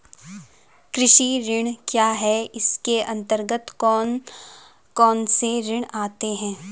कृषि ऋण क्या है इसके अन्तर्गत कौन कौनसे ऋण आते हैं?